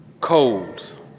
cold